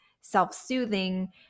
self-soothing